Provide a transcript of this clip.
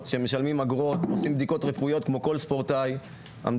מההגדרה הזאת שמאפשרת רישום של כלי אחד לספורטאי לשנה.